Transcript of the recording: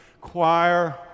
choir